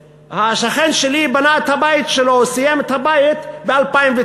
והשכן שלי בנה את הבית שלו, סיים את הבית ב-2009.